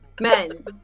Men